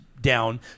down